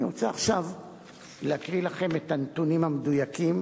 אני רוצה עכשיו להקריא לכם את הנתונים המדויקים